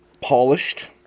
polished